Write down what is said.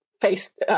faced